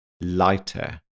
lighter